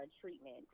treatment